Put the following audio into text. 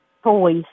Toys